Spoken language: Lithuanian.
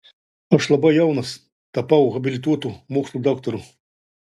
aš labai jaunas tapau habilituotu mokslų daktaru